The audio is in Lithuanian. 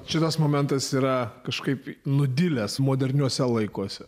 šitas momentas yra kažkaip nudilęs moderniuose laikuose